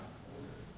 ya